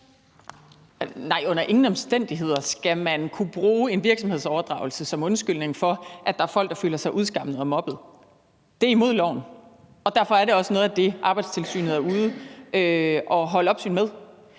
Nej, under ingen omstændigheder skal man kunne bruge en virksomhedsoverdragelse som undskyldning for, at der er folk, der føler sig udskammet og mobbet. Det er imod loven, og derfor er det også noget af det, Arbejdstilsynet er ude at holde opsyn med.